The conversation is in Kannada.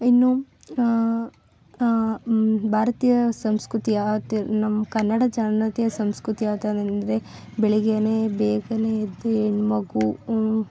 ಇನ್ನು ಭಾರತೀಯ ಸಂಸ್ಕೃತಿ ಯಾವ ಥರ ನಮ್ಮ ಕನ್ನಡ ಜನತೆಯ ಸಂಸ್ಕೃತಿ ಯಾವ್ಥರಂದ್ರೆ ಬೆಳಿಗ್ಗೆಯೇ ಬೇಗನೆ ಎದ್ದು ಹೆಣ್ಮಗು